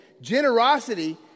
Generosity